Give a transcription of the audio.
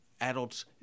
adults